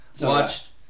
watched